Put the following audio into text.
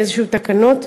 עם איזשהן תקנות.